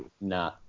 nah